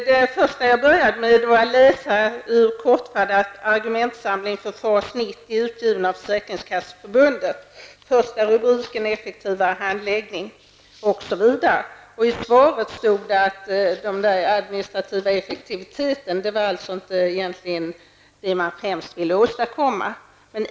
Herr talman! Jag började med att läsa ur ''Effektivare handläggning''. I svaret stod att ökad administrativ effektivitet var egentligen inte det man främst ville åstadkomma.